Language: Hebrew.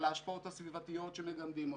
על ההשפעות הסביבתיות שמגמדים אותן,